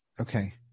Okay